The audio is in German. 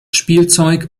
spielzeug